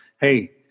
hey